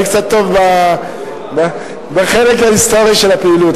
אני קצת טוב בחלק ההיסטורי של הפעילות.